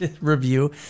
review